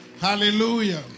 Hallelujah